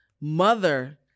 mother